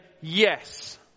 yes